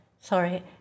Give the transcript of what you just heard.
sorry